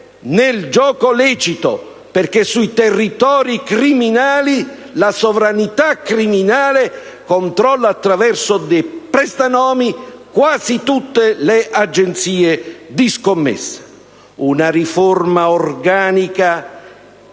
nel gioco lecito, perché sui territori criminali la sovranità criminale controlla attraverso dei prestanomi quasi tutte le agenzie di scommesse. Occorre una riforma organica